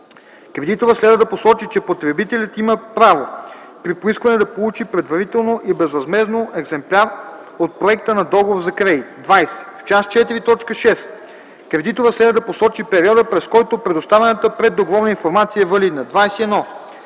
кредиторът следва да посочи, че потребителят има право при поискване да получи предварително и безвъзмездно екземпляр от проекта на договор за кредит. 20. В част ІV, т. 6 кредиторът следва да посочи периода, през който предоставената преддоговорна информация е валидна. 21.